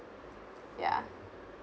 ya